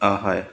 অঁ হয়